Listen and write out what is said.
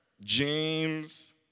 James